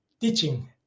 teaching